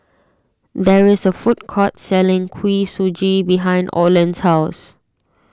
there is a food court selling Kuih Suji behind Olen's house